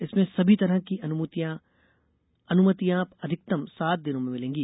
इसमें सभी तरह की अनुमतियां अधिकतम सात दिनों में मिलेंगी